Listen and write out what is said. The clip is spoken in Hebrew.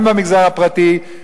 גם במגזר הפרטי,